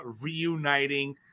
reuniting